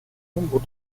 nombre